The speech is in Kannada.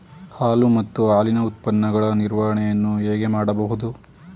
ಹಾಲು ಮತ್ತು ಹಾಲಿನ ಉತ್ಪನ್ನಗಳ ನಿರ್ವಹಣೆಯನ್ನು ಹೇಗೆ ಮಾಡಬಹುದು?